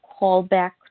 callback